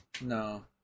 No